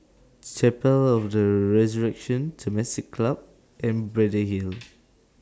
Chapel of The Resurrection Temasek Club and Braddell Hill